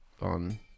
on